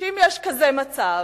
אם יש כזה מצב,